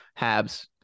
habs